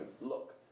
look